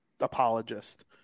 apologist